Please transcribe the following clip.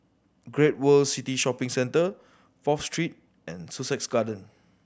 Great World City Shopping Centre Fourth Street and Sussex Garden